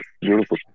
Beautiful